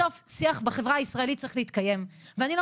בסוף שיח בחברה הישראלית צריך להתקיים ואני לא